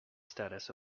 status